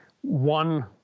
one